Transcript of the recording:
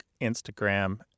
Instagram